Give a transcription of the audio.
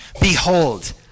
Behold